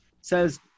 says